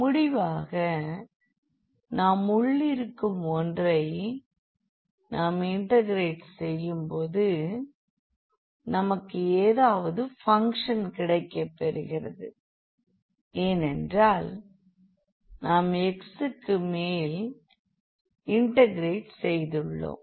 முடிவாக நாம் உள்ளிருக்கும் ஒன்றை நாம் இன்டெக்ரட் செய்யும் போது நமக்கு ஏதாவது பங்க்ஷன் கிடைக்கபெறுகிறது ஏனென்றால் நாம் x க்கு மேல் இன்டெக்ரட் செய்துள்ளோம்